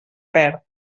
perd